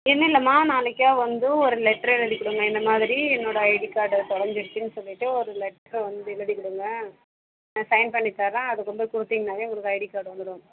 ஒன்றுல்லமா நாளைக்கா வந்து ஒரு லெட்டர் எழுதி கொடுங்க இந்த மாதிரி என்னோடய ஐடி கார்டு தொலைஞ்சுடுச்சினு சொல்லிட்டு ஒரு லெட்டர் வந்து எழுதி கொடுங்க நான் சைன் பண்ணி தரேன் அதை கொண்டு போய் கொடுத்தீங்கன்னாவே உங்களுக்கு ஐடி கார்டு வந்துவிடும்